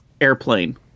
airplane